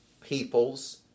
peoples